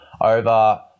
over